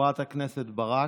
חברת הכנסת ברק,